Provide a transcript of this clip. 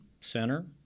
center